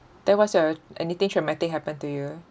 then what's uh anything traumatic happened to you